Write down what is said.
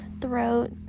throat